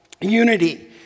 unity